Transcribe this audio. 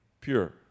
pure